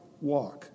walk